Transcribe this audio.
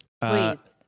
Please